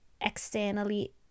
externally